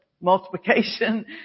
multiplication